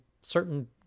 certain